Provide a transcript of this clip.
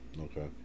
Okay